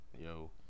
Yo